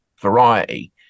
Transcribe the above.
variety